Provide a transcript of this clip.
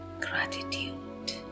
gratitude